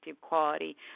quality